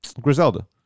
Griselda